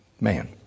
man